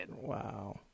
Wow